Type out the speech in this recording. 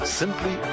simply